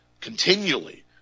continually